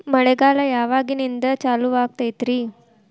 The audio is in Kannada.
ಮಳೆಗಾಲ ಯಾವಾಗಿನಿಂದ ಚಾಲುವಾಗತೈತರಿ?